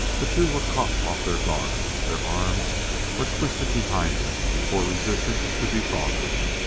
the two were caught off their guard their arms were twisted behind them before resistance could be thought of.